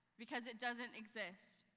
because it doesn't exist.